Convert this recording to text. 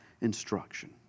instruction